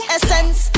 Essence